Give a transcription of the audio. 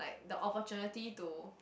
the opportunity to